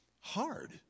hard